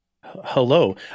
Hello